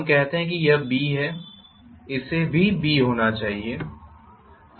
हम कहते हैं कि यह b है इसे भी b होना चाहिए है